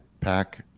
pack